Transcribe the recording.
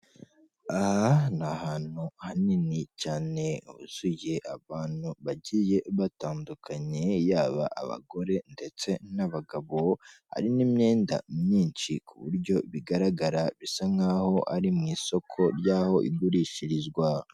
Aha ni ahantu hanini cyane huzuye abantu bagiye batandukanye yaba abagore ndetse n'abagabo, hari n'imyenda myinshi ku buryo bigaragara bisa nkaho ari mu isoko ry'aho igurishirizwa.